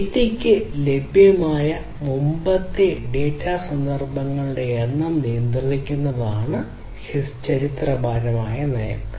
ഡാറ്റയ്ക്ക് ലഭ്യമായ മുമ്പത്തെ ഡാറ്റ സന്ദർഭങ്ങളുടെ എണ്ണം നിയന്ത്രിക്കുന്നതാണ് ചരിത്ര നയം